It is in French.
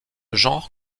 genre